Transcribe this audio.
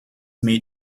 made